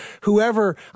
whoever—